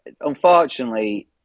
unfortunately